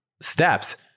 steps